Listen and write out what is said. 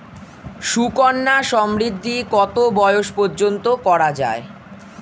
সুকন্যা সমৃদ্ধী কত বয়স পর্যন্ত করা যায়?